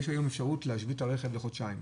היום יש אפשרות להשבית את הרכב לחודשיים,